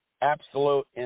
absolute